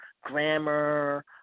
Grammar